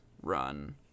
run